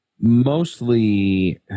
mostly